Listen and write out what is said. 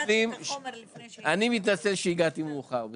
אני מתנצל שהגעתי מאוחר.